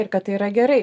ir kad tai yra gerai